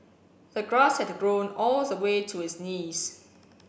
the grass had grown all the way to his knees